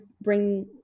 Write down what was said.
bring